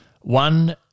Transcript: One